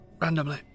randomly